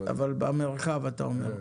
במרחב אתה אומר.